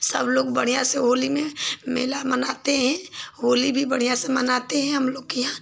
सबलोग बढ़ियाँ से होली में मेला मनाते हैं होली भी बढ़ियाँ से मनाते हैं हमलोग के यहाँ